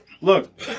Look